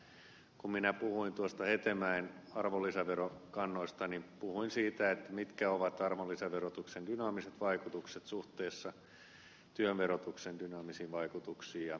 kun minä puhuin hetemäen arvonlisäverokannoista puhuin siitä mitkä ovat arvonlisäverotuksen dynaamiset vaikutukset suhteessa työn verotuksen dynaamisiin vaikutuksiin